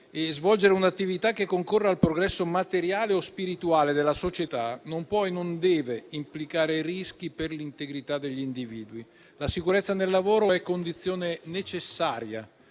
«Svolgere un'attività che concorra al progresso materiale o spirituale della società non può e non deve implicare rischi per l'integrità degli individui. La sicurezza nel lavoro è condizione necessaria